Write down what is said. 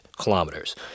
kilometers